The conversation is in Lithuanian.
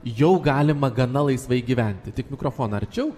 jau galima gana laisvai gyventi tik mikrofoną arčiau